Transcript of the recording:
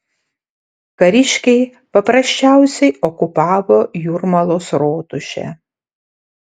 kariškiai paprasčiausiai okupavo jūrmalos rotušę